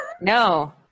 No